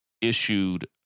issued